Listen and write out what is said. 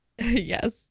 Yes